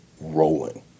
rolling